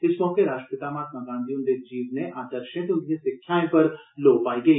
इस मौके राष्ट्रपिता महात्मा गांधी हुन्दे जीवने आदर्शे ते उन्दिएं सिक्खयाएं पर लोऽ पाई गेई